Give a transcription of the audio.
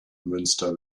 münster